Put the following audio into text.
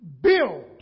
build